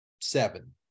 seven